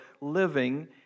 living